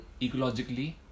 ecologically